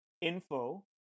info